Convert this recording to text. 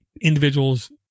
individuals